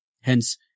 Hence